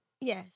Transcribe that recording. Yes